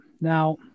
Now